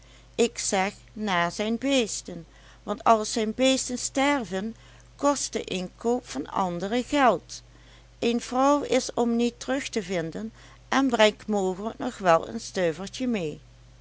ik zeg na zijn beesten want als zijn beesten sterven kost de inkoop van andere geld een vrouw is omniet terug te vinden en brengt mogelijk nog wel een stuivertje mee